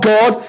God